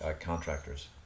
contractors